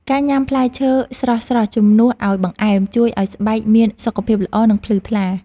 ការញ៉ាំផ្លែឈើស្រស់ៗជំនួសឱ្យបង្អែម ជួយឱ្យស្បែកមានសុខភាពល្អ និងភ្លឺថ្លា។